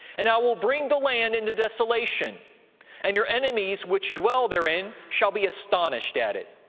and i will bring the land into desolation and your enemies which dwell therein shall be astonished at it.